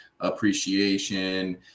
appreciation